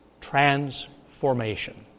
Transformation